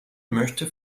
möchte